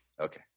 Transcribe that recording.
Okay